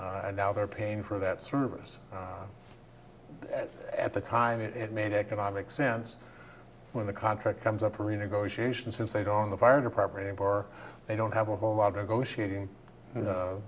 and now they're paying for that service at the time it made economic sense when the contract comes up for renegotiation since they don't the fire department or they don't have a whole lot to go shooting